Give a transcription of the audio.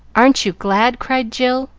aren't you glad? cried jill,